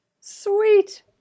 Sweet